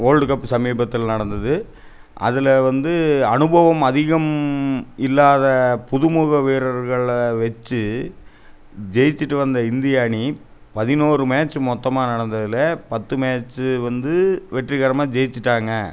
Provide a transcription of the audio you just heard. world cup சமீபத்தில் நடந்தது அதில் வந்து அனுபவம் அதிகம் இல்லாத புதுமுக வீரர்களை வெச்சு ஜெயிச்சுட்டு வந்த இந்திய அணி பதினொரு மேட்ச்சி மொத்தமாக நடந்ததில் பத்து மேட்ச்சு வந்து வெற்றிகரமாக ஜெயிச்சுட்டாங்க